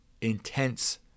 intense